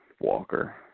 Walker